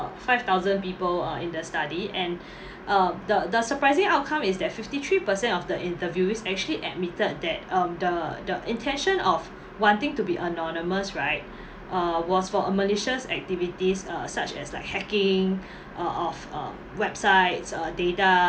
five thousand people are in the study and uh the the surprising outcome is that fifty three percent of the interviewees actually admitted that um the the intention of wanting to be anonymous right uh was for a malicious activities uh such as like hacking uh of uh websites uh data